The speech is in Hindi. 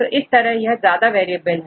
तो इस तरह यह ज्यादा वेरिएबल है